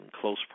close